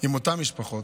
עם אותן משפחות.